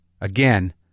again